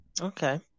Okay